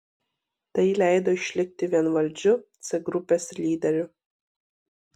tai leido išlikti vienvaldžiu c grupės lyderiu